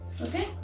okay